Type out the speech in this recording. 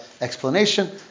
explanation